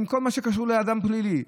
עם כל מה שקשור לאדם פלילי,